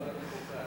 לא הייתי מפוקס.